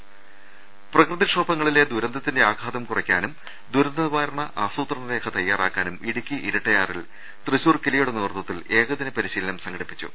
രുടെട്ട്ടെടു പ്രകൃതിക്ഷോഭങ്ങളിലെ ദുരന്തത്തിന്റെ ആഘാതം കുറയ്ക്കാനും ദുരന്ത നിവാരണ ആസൂത്രണ രേഖ തയ്യാറാക്കാനും ഇടുക്കി ഇരട്ടയാറിൽ തൃശൂർ കിലയുടെ നേതൃത്വത്തിൽ ഏകദിന പരിശീലനം സംഘടിപ്പിച്ചു